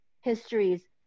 histories